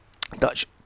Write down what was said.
Dutch